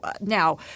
Now